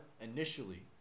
initially